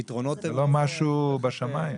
משהו שהוא בשמיים.